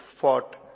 fought